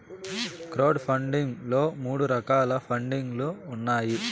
crowd funding లో మూడు రకాల పండింగ్ లు ఉన్నాయి